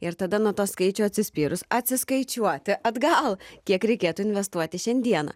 ir tada nuo to skaičių atsispyrus atsiskaičiuoti atgal kiek reikėtų investuoti šiandieną